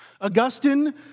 Augustine